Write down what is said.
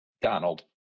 Donald